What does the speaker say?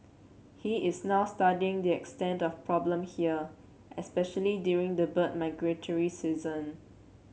he is now studying the extent of the problem here especially during the bird migratory season